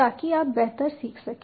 ताकि आप बेहतर सीख सकें